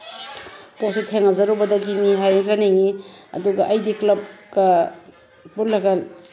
ꯄꯣꯠꯁꯦ ꯊꯦꯡꯅꯖꯔꯨꯕꯗꯒꯤꯅꯤ ꯍꯥꯏꯖꯅꯤꯡꯉꯤ ꯑꯗꯨꯒ ꯑꯩꯗꯤ ꯀ꯭ꯂꯞꯀ ꯄꯨꯜꯂꯒ